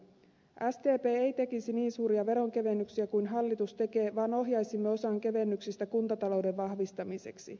sdp ei tekisi niin suuria veronkevennyksiä kuin hallitus tekee vaan ohjaisimme osan kevennyksistä kuntatalouden vahvistamiseksi